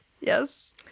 yes